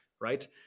right